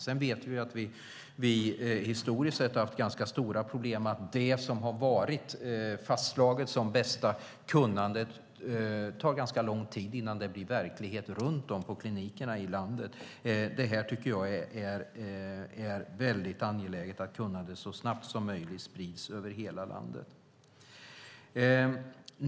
Sedan vet vi att vi historiskt sett har haft ganska stora problem med att det tar ganska lång tid innan det som har fastslagits som bästa kunnandet blir verklighet på klinikerna runt om i landet. Jag tycker att det är angeläget att kunnandet så snabbt som möjligt sprids över hela landet.